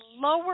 lower